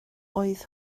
oedd